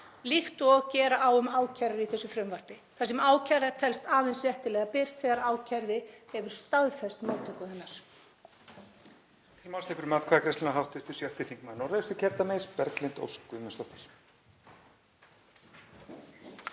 líkt og gera á um ákærur í þessu frumvarpi þar sem ákæra telst aðeins réttilega birt þegar ákærði hefur staðfest móttöku hennar.